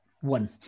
One